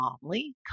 calmly